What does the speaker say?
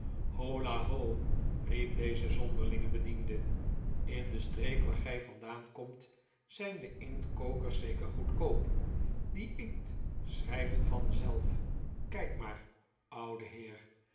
holla ho riep deze zonderlinge bediende ih de streek waar gij vandaan komt zijn de inktkokers zeker goedkoop die inkt schrijft vanzelf kijk maar oude de pickwick club heer